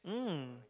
mm